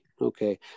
okay